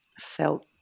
felt